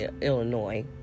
Illinois